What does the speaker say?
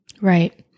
Right